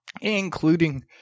including